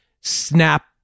snap